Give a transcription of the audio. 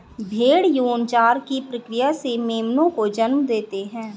भ़ेड़ यौनाचार की प्रक्रिया से मेमनों को जन्म देते हैं